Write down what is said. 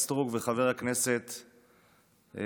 כל האמירות של חברת הכנסת סטרוק וחבר הכנסת,